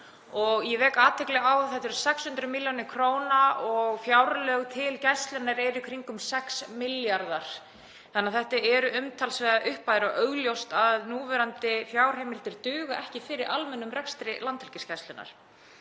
Ég vek athygli á að þetta eru 600 millj. kr. og fjárframlög til Gæslunnar eru í kringum 6 milljarðar. Þannig að þetta eru umtalsverðar upphæðir og augljóst að núverandi fjárheimildir duga ekki fyrir almennum rekstri Landhelgisgæslunnar.